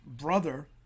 brother